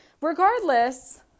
Regardless